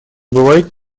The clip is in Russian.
бывает